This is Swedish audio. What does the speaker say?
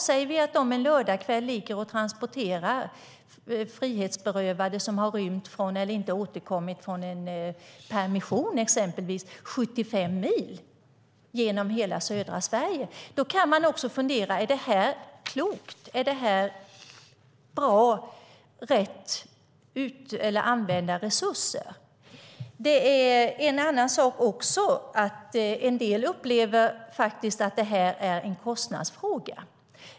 Säger vi att de en lördagskväll transporterar frihetsberövade som har rymt eller inte återkommit från exempelvis en permission 75 mil genom hela södra Sverige, då kan man fundera: Är detta klokt och bra och rätt använda resurser? Det är en annan sak också. En del upplever att det är en kostnadsfråga.